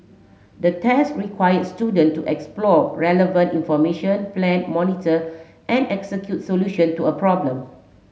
the test required student to explore relevant information plan monitor and execute solution to a problem